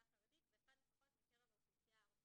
החרדית ואחד לפחות יהיה מקרב האוכלוסייה הערבית.